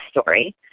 Story